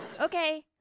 Okay